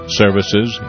services